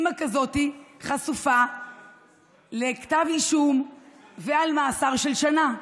אימא כזאת חשופה לכתב אישום ולמאסר של שנה.